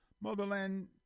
Motherland